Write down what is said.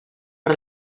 per